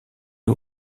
est